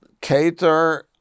cater